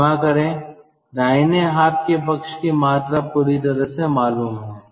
क्षमा करें दाहिना हाथ के पक्ष की मात्रा पूरी तरह से मालूम है